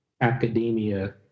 academia